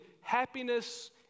happiness